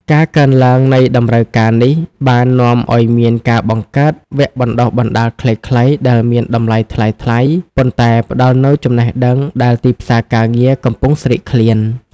ការកើនឡើងនៃតម្រូវការនេះបាននាំឱ្យមានការបង្កើតវគ្គបណ្តុះបណ្តាលខ្លីៗដែលមានតម្លៃថ្លៃៗ ប៉ុន្តែផ្តល់នូវចំណេះដឹងដែលទីផ្សារការងារកំពុងស្រេកឃ្លាន។